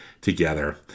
together